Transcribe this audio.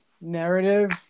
narrative